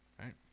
right